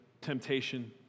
temptation